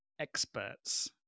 experts